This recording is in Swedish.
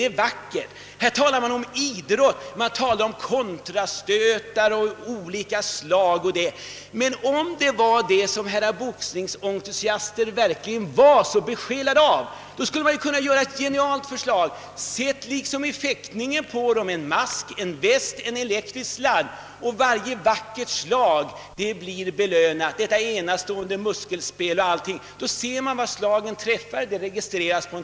Det talas om vackert muskelspel. Man ser var slagen träffar och om kontrastötar av olika slag. Om det verkligen är detta som boxningsentusiasterna är intresserade av, vill jag föra fram ett genialiskt förslag: sätt liksom i fäktning på deltagarna en mask, en väst och en elektrisk sladd, så att varje slag som träffar registreras.